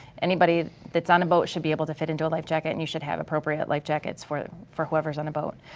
anybody that's on a boat should be able to fit into a life jacket and you should have appropriate life jackets for for whoever's on the boat.